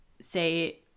say